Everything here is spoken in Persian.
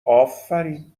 افرین